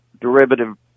derivative